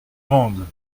grande